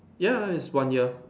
ya it's one year